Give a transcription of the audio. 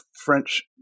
French